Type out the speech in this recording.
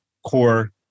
Core